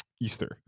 Easter